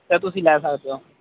ਇਹ ਤੁਸੀਂ ਲੈ ਸਕਦੇ ਹੋ